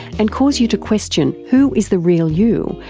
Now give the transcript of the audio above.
and cause you to question who is the real you,